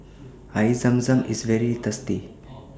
Air Zam Zam IS very tasty